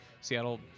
Seattle